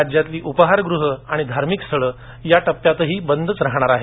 राज्यातली उपाहारगृह आणि धार्मिक स्थळ या टप्प्यातही बंदच राहणार आहेत